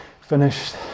finished